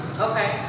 Okay